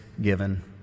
given